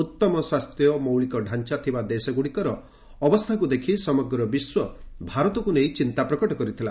ଉତ୍ତମ ସ୍ୱାସ୍ଥ୍ୟ ମୌଳିକଢାଞ୍ଚା ଥିବା ଦେଶଗୁଡ଼ିକର ଅବସ୍ଥାକୁ ଦେଖି ସମଗ୍ର ବିଶ୍ୱ ଭାରତକୁ ନେଇ ଚିନ୍ତା ପ୍ରକଟ କରିଥିଲା